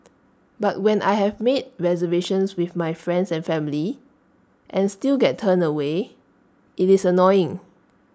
but when I have made reservations with my friends and family and still get turned away IT is annoying